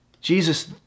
Jesus